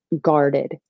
guarded